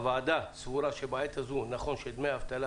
הוועדה סבורה שבעת הזו נכון שדמי האבטלה